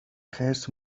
خرس